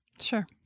Sure